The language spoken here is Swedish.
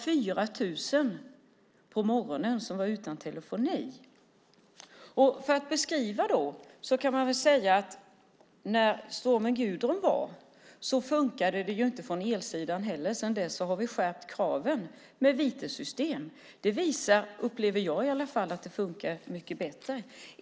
4 000 var utan telefoni på morgonen. Efter stormen Gudrun funkade inte elsidan. Sedan dess har vi skärpt kraven med hjälp av vitessystem. Jag upplever att det nu funkar bättre.